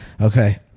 okay